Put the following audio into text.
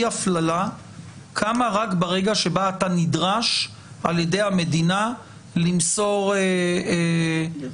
הפללה קמה רק ברגע שבו אתה נדרש על ידי המדינה למסור מידע.